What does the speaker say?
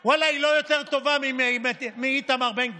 ואללה, היא לא יותר טובה מאיתמר בן גביר,